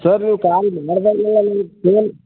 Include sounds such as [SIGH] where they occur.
sir ನೀವು call ಮಾಡಿದಾಗ್ಲೆಲ್ಲ [UNINTELLIGIBLE]